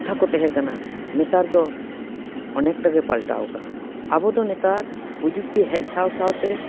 ᱠᱟᱛᱷᱟ ᱠᱚ ᱛᱟᱦᱮᱸ ᱠᱟᱱᱟ ᱱᱮᱛᱟᱨ ᱫᱚ ᱚᱱᱮᱠᱴᱟᱜᱮ ᱯᱟᱞᱴᱟᱣ ᱟᱠᱟᱱᱟ ᱟᱵᱚᱫᱚ ᱱᱮᱛᱟᱨ ᱯᱨᱚᱡᱩᱠᱛᱤ ᱦᱮᱡ ᱥᱟᱶ ᱥᱟᱶᱛᱮ